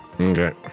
Okay